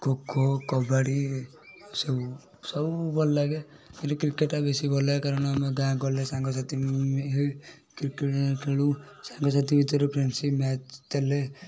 ଖୋଖୋ କବାଡ଼ି ସବୁ ସବୁ ଭଲ ଲାଗେ ଖାଲି କ୍ରିକେଟ୍ଟା ବେଶୀ ଭଲଲାଗେ କାରଣ ଆମେ ଗାଁ ଗହଳିରେ ସାଙ୍ଗସାଥୀ ମିଶି କ୍ରିକେଟ୍ ଖେଳୁ ସାଙ୍ଗସାଥୀ ଭିତରେ ଫ୍ରେଣ୍ଡସିପ୍ ମ୍ୟାଚ୍ ଚାଲେ